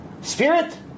Spirit